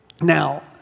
Now